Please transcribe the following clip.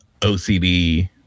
OCD